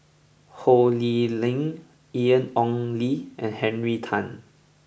Ho Lee Ling Ian Ong Li and Henry Tan